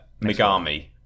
Megami